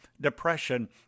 Depression